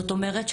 זאת אומרת,